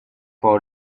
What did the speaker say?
for